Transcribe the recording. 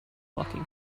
walking